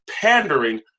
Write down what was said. pandering